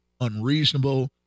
unreasonable